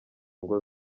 ngo